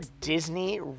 Disney